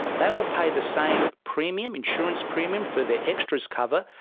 they will pay the same premium, insurance premium for their extras cover,